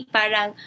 parang